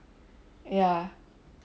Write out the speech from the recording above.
ya